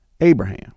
Abraham